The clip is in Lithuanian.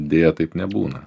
deja taip nebūna